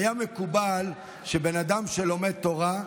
היה מקובל שבן אדם שלומד תורה,